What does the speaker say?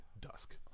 dusk